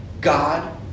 God